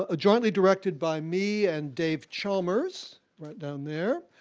ah jointly directed by me and dave chalmers, right down there,